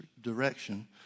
direction